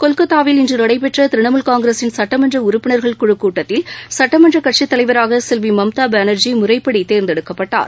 கொல்கத்தாவில் இன்று நடைபெற்ற திரிணாமுல் காங்கிரசின் சட்டமன்ற உறுப்பினர்கள் குழுக் கூட்டத்தில் சுட்டமன்றக் கட்சித் தலைவராக செல்வி மம்தா பானர்ஜி முறைப்படி தேர்ந்தெடுக்கப்பட்டார்